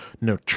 no